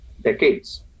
decades